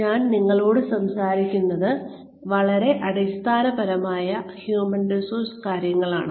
ഞാൻ നിങ്ങളോട് സംസാരിക്കുന്നത് വളരെ അടിസ്ഥാനപരമായ ഹ്യൂമൻ റിസോഴ്സ്സ് കാര്യങ്ങളാണ്